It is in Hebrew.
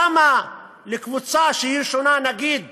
למה לקבוצה שהיא שונה נגיד